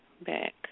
back